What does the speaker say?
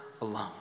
alone